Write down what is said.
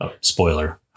Spoiler